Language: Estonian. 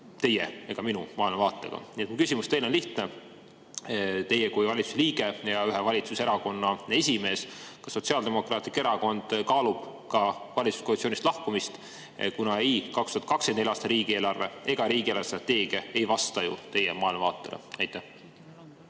teie ega minu maailmavaatega. Nii et mu küsimus teile on lihtne. Teie kui valitsuse liige ja ühe valitsuserakonna esimees, kas Sotsiaaldemokraatlik Erakond kaalub valitsuskoalitsioonist lahkumist, kuna ei 2024. aasta riigieelarve ega riigi eelarvestrateegia ei vasta teie maailmavaatele?